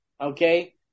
okay